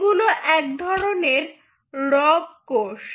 এগুলো এক ধরনের রগ্ কোষ